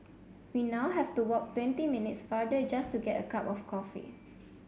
we now have to walk twenty minutes farther just to get a cup of coffee